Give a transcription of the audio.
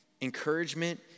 Encouragement